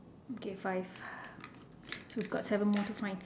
okay five so we got seven more to find